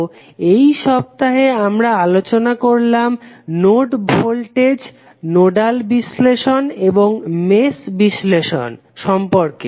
তো এই সপ্তাহে আমরা আলোচনা করলাম নোড ভোল্টেজ নোডাল বিশ্লেষণ এবং মেশ বিশ্লেষণ সম্পর্কে